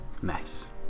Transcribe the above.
mess